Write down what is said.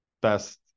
best